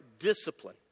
discipline